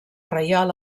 reial